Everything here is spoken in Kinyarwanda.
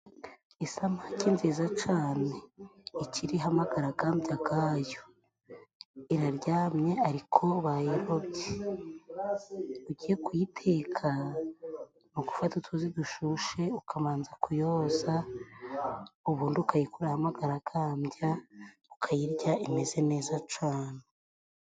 Isamake nziza cane ikiriho amagaragambya gayo， iraryamye ariko bayirobye. Ugiye kuyiteka ni ugufata utuzi dushushe ukabanza kuyoza，ubundi ukayikuraho amagaragambya，ubundi ukayirya imeze neza cane.